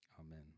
Amen